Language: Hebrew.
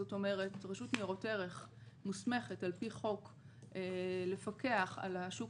זאת אומרת רשות ניירות ערך מוסמכת על פי חוק לפקח על השוק